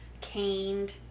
caned